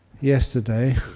Yesterday